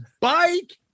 bike